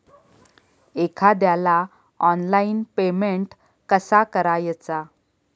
एखाद्याला online payment कसा करायचा?